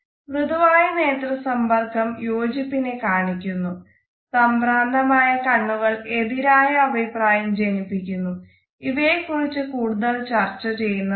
മൃദുവായ നേത്ര സമ്പർക്കം യോജിപ്പിനേ കാണിക്കുന്നു സംഭ്രന്തമായ കണ്ണുകൾ എതിരായ അഭിപ്രായം ജനിപ്പിക്കുന്നു ഇവയെ കുറിച്ച് കൂടുതൽ ചർച്ച ചെയ്യുന്നതാണ്